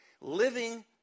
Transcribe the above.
living